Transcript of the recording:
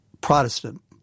Protestant